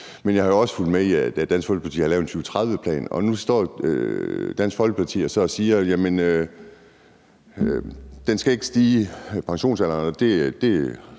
men jeg har også fulgt med i, at Dansk Folkeparti har lavet en 2030-plan, og nu står Dansk Folkeparti så og siger, at pensionsalderen